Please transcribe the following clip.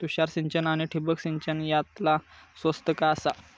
तुषार सिंचन आनी ठिबक सिंचन यातला स्वस्त काय आसा?